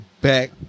back